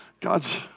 God's